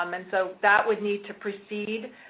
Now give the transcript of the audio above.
um and so, that would need to precede,